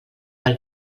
pel